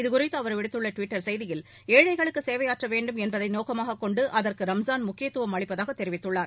இதுகுறித்து அவர் விடுத்துள்ள டிவிட்டர் செய்தியில் ஏழைகளுக்கு சேவையாற்ற வேண்டும் என்பதை நோக்கமாக கொண்டு அதற்கு ரம்ஜான் முக்கியத்துவம் அளிப்பதாக தெரிவித்துள்ளார்